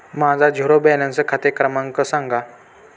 माझा zero balance खाते क्रमांक सांगा